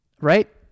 right